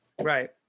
Right